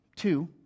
Two